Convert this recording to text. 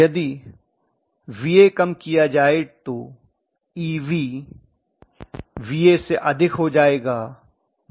यदि Va कम किया जाये तो Eb Va से अधिक हो जायेगा